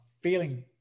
feeling